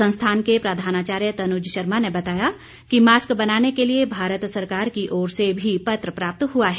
संस्थान के प्रधानाचार्य तनुज शर्मा ने बताया कि मास्क बनाने के लिए भारत सरकार की ओर से भी पत्र प्राप्त हुआ है